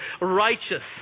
righteous